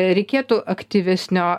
reikėtų aktyvesnio